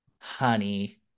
honey